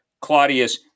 Claudius